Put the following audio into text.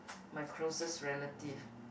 my closest relative